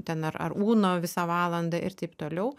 ten ar ar uno visą valandą ir taip toliau